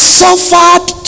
suffered